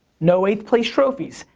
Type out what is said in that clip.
no eighth place trophies.